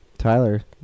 Tyler